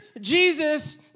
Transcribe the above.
Jesus